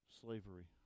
slavery